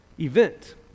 event